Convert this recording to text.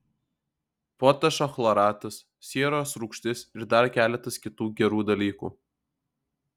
potašo chloratas sieros rūgštis ir dar keletas kitų gerų dalykų